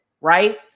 right